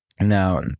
now